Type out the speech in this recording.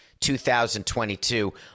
2022